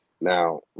Now